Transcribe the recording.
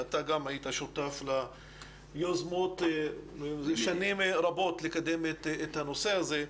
אתה גם היית שותף ליוזמות זה שנים רבות לקדם את הנושא הזה.